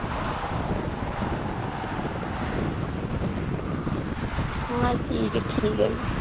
उ'यां ठीक ठीक ऐ फ्ही